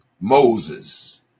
Moses